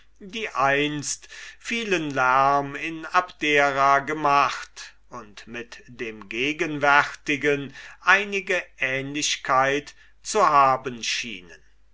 die einst vielen lärm in abdera gemacht und mit dem gegenwärtigen eine ähnlichkeit zu haben schienen